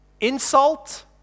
insult